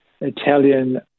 Italian